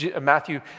Matthew